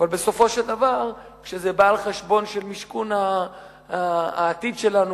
אבל בסופו של דבר כשזה בא על חשבון משכון העתיד שלנו,